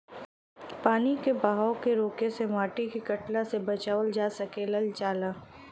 पानी के बहाव क रोके से माटी के कटला से बचावल जा सकल जाला